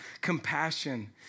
compassion